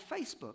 Facebook